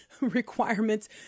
requirements